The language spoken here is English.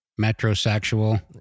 metrosexual